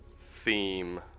theme